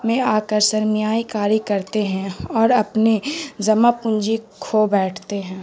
میں آکرسرمیائی کاری کرتے ہیں اور اپنے جمع پنجی کھو بیٹھتے ہیں